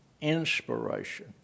inspiration